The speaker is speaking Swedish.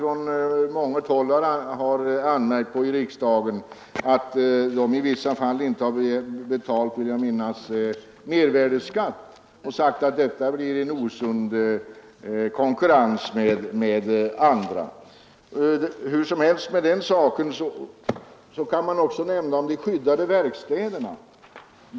Från månget håll i riksdagen har anmärkts på att de i vissa fall, vill jag minnas, inte har betalat mervärdeskatt, och det har sagts att detta medför osund konkurrens med andra företag. Det må vara hur som helst med den saken. Vidare kan erinras om de skyddade verkstäderna.